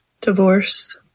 Divorce